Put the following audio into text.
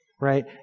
right